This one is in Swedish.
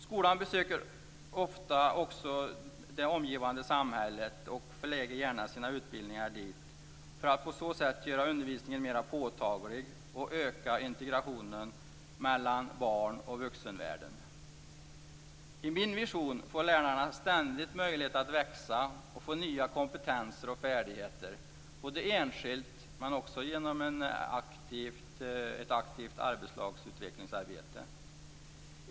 Skolan besöker också ofta det omgivande samhället och förlägger gärna sina utbildningar dit för att på så sätt göra undervisningen mer påtaglig och öka integrationen mellan barnen och vuxenvärlden. I min vision får lärarna ständigt möjlighet att växa och få nya kompetenser och färdigheter - enskilt men också genom en aktiv arbetslagsutveckling.